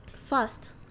first